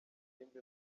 ikindi